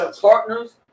partners